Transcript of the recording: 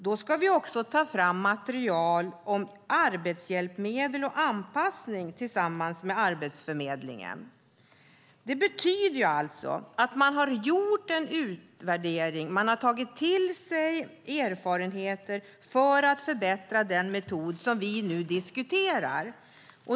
Då ska vi också ta fram material om arbetshjälpmedel och anpassning, tillsammans med Arbetsförmedlingen." Det betyder att man har gjort en utvärdering och tagit till sig erfarenheter för att förbättra den metod som vi nu diskuterar.